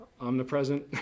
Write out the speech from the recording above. omnipresent